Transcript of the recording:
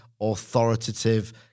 authoritative